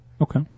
Okay